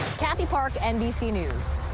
yeah the park nbc news.